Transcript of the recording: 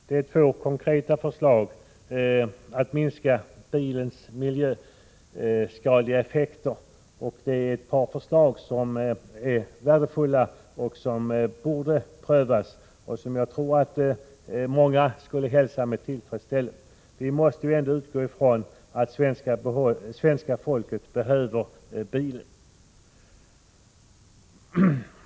Det är två konkreta förslag för att minska bilens miljöskadliga effekter, ett par värdefulla förslag som borde prövas. Jag tror att många skulle hälsa sådana åtgärder med tillfredsställelse. Vi måste utgå ifrån att svenska folket behöver bilen.